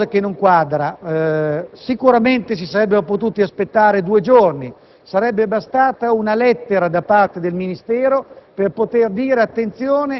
quindi qualcosa che non quadra. Sicuramente si sarebbero potuti aspettare due giorni. Sarebbe bastata una lettera da parte del Ministero